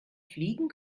fliegen